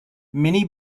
many